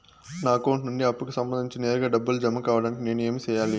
నా అకౌంట్ నుండి అప్పుకి సంబంధించి నేరుగా డబ్బులు జామ కావడానికి నేను ఏమి సెయ్యాలి?